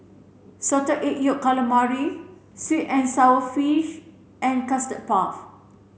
salted egg yolk calamari sweet and sour fish and custard puff